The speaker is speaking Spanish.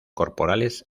corporales